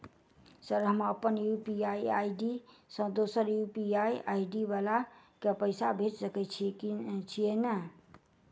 Sir हम अप्पन UPI ID सँ दोसर यु.पी.आई आई.डी वला केँ पैसा भेजि सकै छी नै?